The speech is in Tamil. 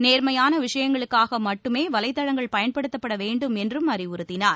நேர்மையான விஷயங்களுக்காக மட்டுமே வலைதளங்கள் பயன்படுத்தப்பட வேண்டும் என்றும் அறிவுறுத்தினார்